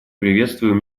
приветствуем